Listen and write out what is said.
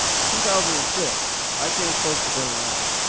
in two thousand and six, i came close to burning out.